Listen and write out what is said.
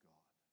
God